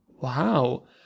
Wow